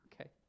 Okay